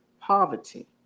poverty